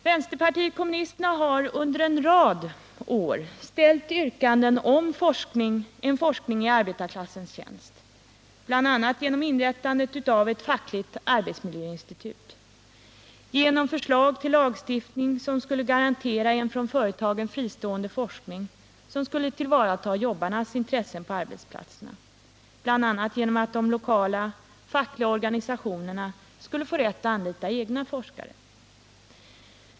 Vänsterpartiet kommunisterna har under en rad år ställt yrkanden om en forskning i arbetarklassens tjänst genom inrättande av ett fackligt arbetsmiljöinstitut, genom lagstiftning som skulle garantera en från företagen fristående forskning och som skulle tillvarata jobbarnas intressen på arbetsplatserna, bl.a. genom att den lokala fackliga organisationen skulle få rätt att anlita egna forskare.